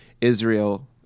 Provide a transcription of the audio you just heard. israel